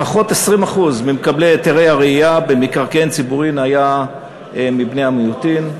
לפחות 20% ממקבלי היתרי הרעייה במקרקעין ציבוריים היו מבני המיעוטים.